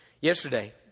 Yesterday